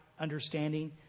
understanding